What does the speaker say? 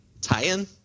tie-in